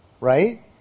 right